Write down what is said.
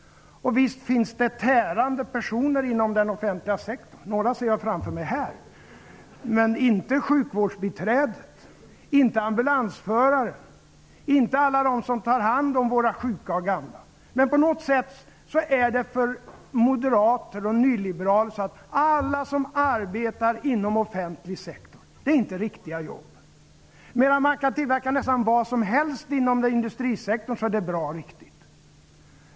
Visst finns det tärande personer inom den offentliga sektorn -- några ser jag framför mig här. Tärande är dock inte sjukvårdsbiträdet, inte ambulansföraren och inte heller alla de andra som tar hand om våra sjuka och gamla. Men på något sätt så tycks moderater och nyliberaler anse alla som arbetar inom offentlig sektor inte ha några riktiga jobb. Men vad man än tillverkar inom industrisektorn, så är det någonting bra och riktigt.